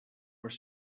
were